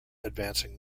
advancing